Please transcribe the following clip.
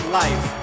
life